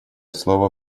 слово